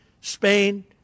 Spain